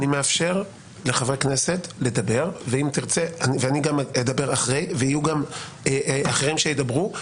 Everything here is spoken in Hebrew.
אני מאפשר לחברי כנסת לדבר ואני גם אדבר אחרי ויהיו גם אחרים שידברו.